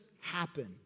happen